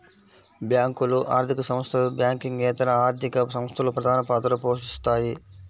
బ్యేంకులు, ఆర్థిక సంస్థలు, బ్యాంకింగేతర ఆర్థిక సంస్థలు ప్రధానపాత్ర పోషిత్తాయి